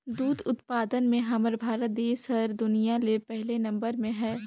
दूद उत्पादन में हमर भारत देस हर दुनिया ले पहिले नंबर में हे